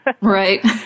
Right